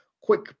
quick